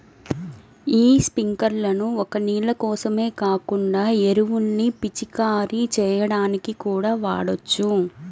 యీ స్పింకర్లను ఒక్క నీళ్ళ కోసమే కాకుండా ఎరువుల్ని పిచికారీ చెయ్యడానికి కూడా వాడొచ్చు